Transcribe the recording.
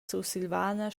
sursilvana